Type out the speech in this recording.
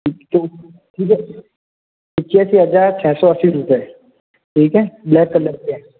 तो ठीक है पच्यासी हज़ाए छः सौ अस्सी रुपए ठीक है ब्लैक कलर पे है